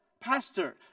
Pastor